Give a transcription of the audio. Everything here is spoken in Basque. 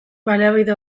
baliabide